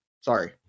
Sorry